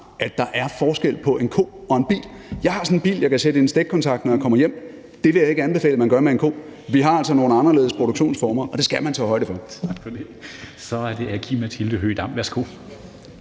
at der er forskel på en ko og en bil. Jeg har sådan en bil, som jeg kan oplade ved hjælp af en stikkontakt, når jeg kommer hjem. Det vil jeg ikke anbefale at man gør med en ko. Vi har altså nogle anderledes produktionsformer, og det skal man tage højde for. Kl. 14:04 Formanden (Henrik